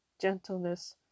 gentleness